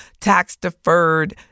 tax-deferred